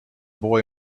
boy